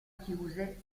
chiuse